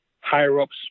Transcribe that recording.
higher-ups